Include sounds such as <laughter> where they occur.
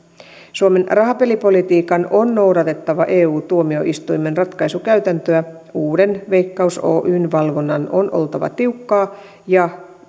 suomen rahapelipolitiikan on noudatettava eu tuomioistuimen ratkaisukäytäntöä uuden veikkaus oyn valvonnan on oltava tiukkaa ja <unintelligible>